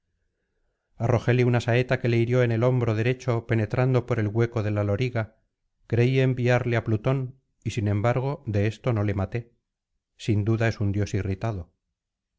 arrójele una saeta que le hirió en el hombro derecho penetrando por el hueco de la loriga creí enviarle á plutón y sin embargo de esto no le maté sin duda es un dios irritado